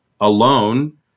alone